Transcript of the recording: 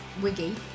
wiggy